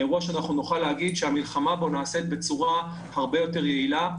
לאירוע שאנחנו נוכל להגיד שהמלחמה בו נעשית בצורה הרבה יותר יעילה.